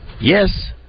yes